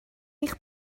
eich